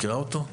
את מכירה אותו?